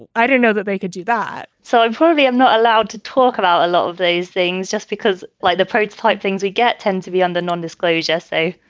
i didn't know that they could do that so i'm probably i'm not allowed to talk about a lot of these things just because, like the prototype things we get tend to be under non-disclosure. so.